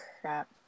crap